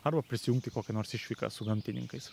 arba prisijungt į kokią nors išvyką su gamtininkais